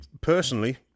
personally